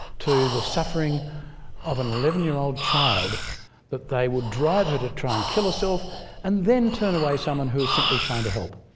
to the suffering of an eleven year-old child that they would drive her to try and kill herself and then turn away someone who is simply trying to help.